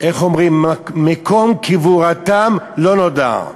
איך אומרים, מקום קבורתם לא נודע,